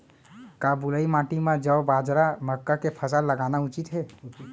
का बलुई माटी म जौ, बाजरा, मक्का के फसल लगाना उचित हे?